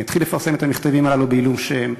אתחיל לפרסם את המכתבים הללו בעילום שם,